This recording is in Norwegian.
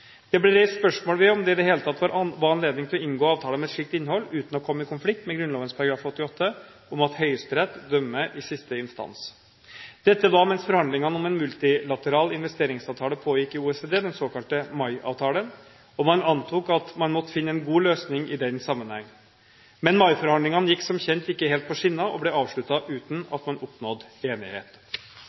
Det ble reist spørsmål ved om det i det hele tatt var anledning til å inngå avtaler med slikt innhold uten å komme i konflikt med Grunnloven § 88 om at Høyesterett dømmer i siste instans. Dette var mens forhandlingene om en multilateral investeringsavtale pågikk i OECD, den såkalte MAI-avtalen, og man antok at man måtte finne en god løsning i den sammenheng. Men MAI-forhandlingene gikk som kjent ikke helt på skinner og ble avsluttet uten at man oppnådde enighet.